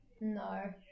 No